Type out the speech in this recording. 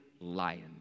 lion